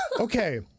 Okay